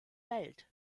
welt